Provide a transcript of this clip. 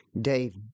David